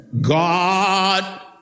God